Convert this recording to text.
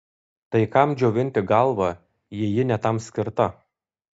tai kam džiovinti galvą jei ji ne tam skirta